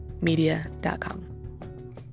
media.com